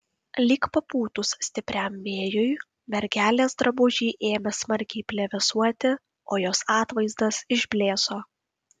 lyg papūtus stipriam vėjui mergelės drabužiai ėmė smarkiai plevėsuoti o jos atvaizdas išblėso